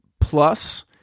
plus